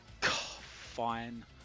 Fine